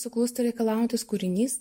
suklūsta reikalaujantis kūrinys